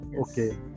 Okay